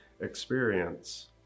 experience